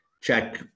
check